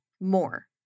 more